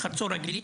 חצור הגלילית,